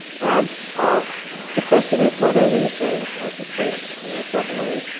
and ah the question is, whether these things are sustainable. and they're certainly,